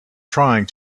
trying